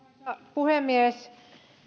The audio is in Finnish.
puhemies